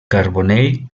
carbonell